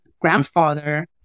Grandfather